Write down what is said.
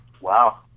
Wow